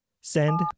Send